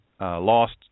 lost